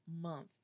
Month